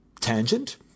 Tangent